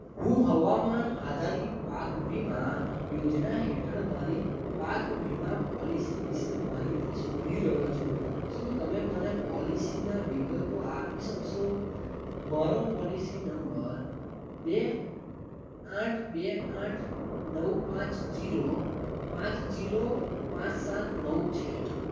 હું હવામાન આધારિત પાક વીમા યોજના હેઠળ મારી પાક વીમા પોલિસી વિષે માહિતી શોધી રહ્યો છું શું તમે મને પોલિસીના વિગતો આપી શકશો મારો પોલિસી નંબર બે આઠ બે આઠ નવ પાંચ જીરો પાંચ જીરો પાંચ સાત નવ છે